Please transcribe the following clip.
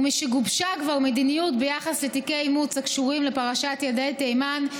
ומשגובשה כבר מדיניות ביחס לתיקי אימוץ הקשורים לפרשת ילדי תימן,